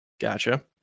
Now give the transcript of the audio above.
Gotcha